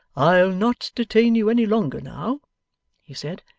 i'll not detain you any longer now he said,